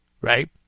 Right